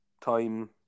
time